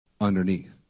underneath